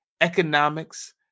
economics